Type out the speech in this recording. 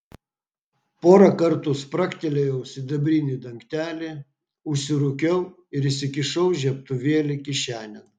porą kartų spragtelėjau sidabrinį dangtelį užsirūkiau ir įsikišau žiebtuvėlį kišenėn